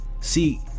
see